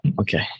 okay